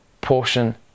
portion